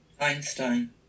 Einstein